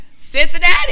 Cincinnati